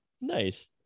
Nice